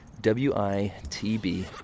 W-I-T-B